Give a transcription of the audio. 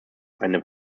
eine